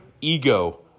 ego